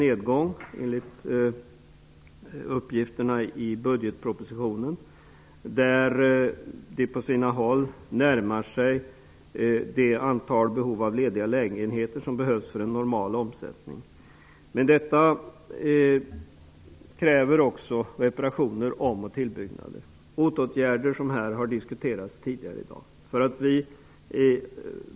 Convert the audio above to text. Enligt uppgifterna i budgeten förväntas en stor nedgång, som på sina håll närmar sig vad som motsvarar det antal lediga lägenheter som behövs för en normal årsomsättning. Men det krävs också reparationer samt om och tillbyggnader, åtgärder som har diskuterats tidigare här i dag.